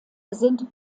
sind